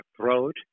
throat